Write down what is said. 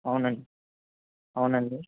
అవునండి అవునండి